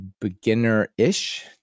beginner-ish